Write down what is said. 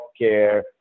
healthcare